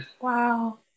Wow